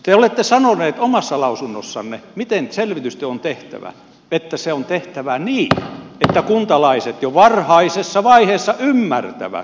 te olette sanoneet omassa lausunnossanne miten selvitystyö on tehtävä että se on tehtävä niin että kuntalaiset jo varhaisessa vaiheessa ymmärtävät vahvan peruskunnan edut